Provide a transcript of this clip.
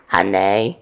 Honey